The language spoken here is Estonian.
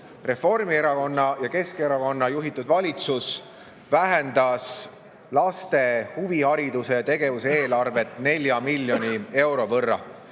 Reformierakonna ja Keskerakonna juhitud valitsus vähendas laste huvihariduse ja ‑tegevuse eelarvet 4 miljoni euro võrra,